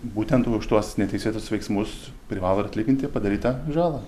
būtent už tuos neteisėtus veiksmus privalo ir atlyginti padarytą žalą